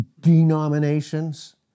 denominations